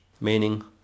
meaning